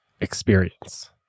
experience